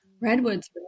redwoods